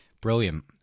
brilliant